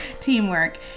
Teamwork